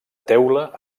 teula